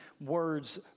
words